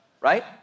Right